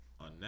on